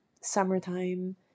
summertime